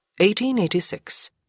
1886